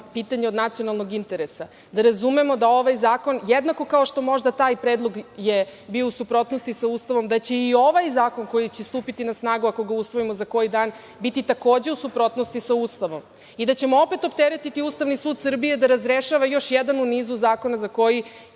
pitanje od nacionalnog interesa, da razumemo da ovaj zakon, jednako kao što možda taj predlog je bio u suprotnosti sa Ustavom, da će i ovaj zakon koji će stupiti na snagu, ako ga usvojimo za koji dan, biti takođe u suprotnosti sa Ustavom i da ćemo opet opteretiti Ustavni sud Srbije da razrešava još jedan u nizu zakona, za koji